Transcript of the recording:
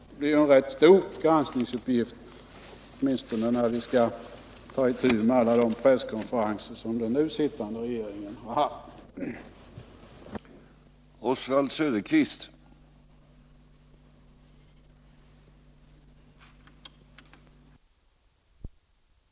Det blir en rätt stor granskningsuppgift, åtminstone när vi skall ta itu med alla de presskonferenser som den nu sittande regeringen har hållit.